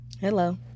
Hello